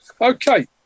Okay